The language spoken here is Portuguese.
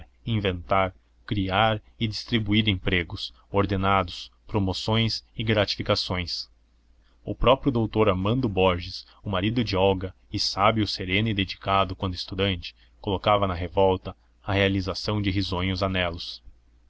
inventar criar e distribuir empregos ordenados promoções e gratificações o próprio doutor armando borges o marido de olga e sábio sereno e dedicado quando estudante colocava na revolta a realização de risonhos anelos